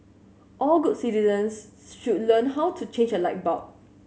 all good citizens should learn how to change a light bulb